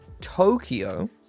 Tokyo